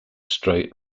straight